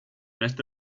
este